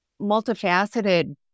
multifaceted